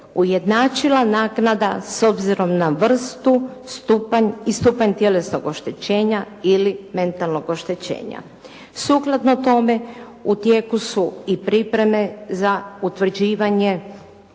ujednačila naknada s obzirom na vrstu i stupanj tjelesnog oštećenja ili mentalnog oštećenja. Sukladno tome u tijeku su i pripreme za utvrđivanje